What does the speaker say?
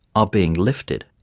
are being lifted.